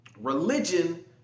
Religion